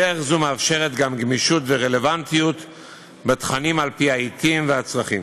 דרך זו מאפשרת גם גמישות ורלוונטיות בתכנים על-פי העתים והצרכים.